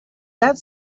that